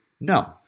No